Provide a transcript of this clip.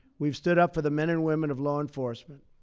we've stood up for the men and women of law enforcement,